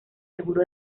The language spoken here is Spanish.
seguro